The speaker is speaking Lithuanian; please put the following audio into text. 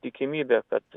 tikimybė kad